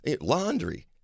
laundry